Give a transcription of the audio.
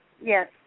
yes